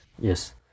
yes